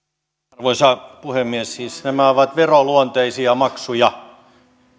arvoisa puhemies siis nämä ovat veroluonteisia maksuja